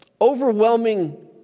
overwhelming